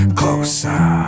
closer